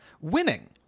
winning